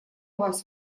вас